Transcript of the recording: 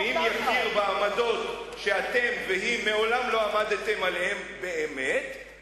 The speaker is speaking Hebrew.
ואם יכיר בעמדות שאתם והיא מעולם לא עמדתם עליהן באמת,